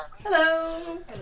Hello